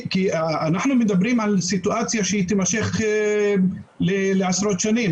אנחנו מדברים על סיטואציה שתימשך לעשרות שנים,